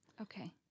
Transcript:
Okay